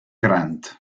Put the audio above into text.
grant